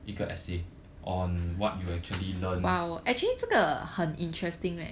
一个 essay on what you actually learn